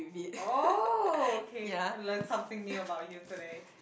oh okay I learn something new about you today